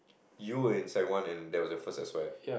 you were in sec one and that was your first S_Y_F